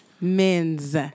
Men's